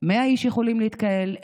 100 איש יכולים להתקהל,